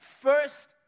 first